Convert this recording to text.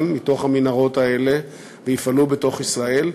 מתוך המנהרות האלה ויפעלו בתוך ישראל,